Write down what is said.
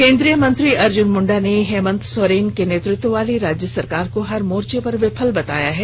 केंद्रीय मंत्री अर्जुन मुंडा ने हेमन्त सोरेन के नेतृत्व वाली राज्य सरकार को हर मोर्चे पर विफल बताया है